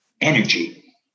energy